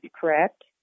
correct